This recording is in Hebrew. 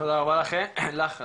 תודה רבה לך על המחקר,